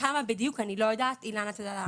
כמה בדיוק, אני לא יודעת, אילנה תדע לענות.